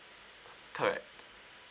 correct